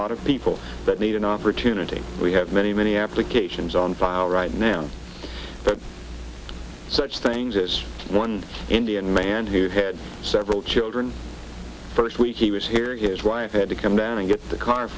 lot of people that need an opportunity we have many many applications on file right now there are such things as one indian man who had several children first week he was here his wife had to come down and get the car